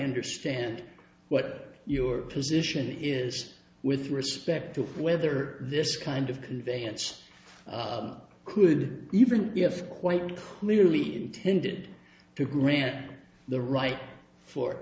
understand what your position is with respect to whether this kind of conveyance could even if quite clearly intended to grant the right for